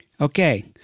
Okay